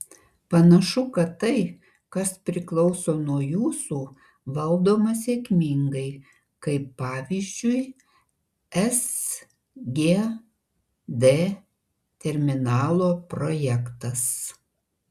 panašu kad tai kas priklauso nuo jūsų valdoma sėkmingai kaip pavyzdžiui sgd terminalo projektas